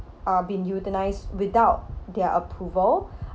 uh been euthanized without their approval